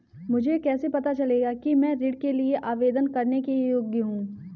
मुझे कैसे पता चलेगा कि मैं ऋण के लिए आवेदन करने के योग्य हूँ?